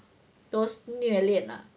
those 虐恋 lah